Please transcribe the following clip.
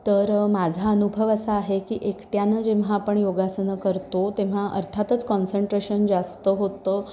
तर माझा अनुभव असा आहे की एकट्यानं जेव्हा आपण योगासनं करतो तेव्हा अर्थातच कॉन्सन्ट्रेशन जास्त होतं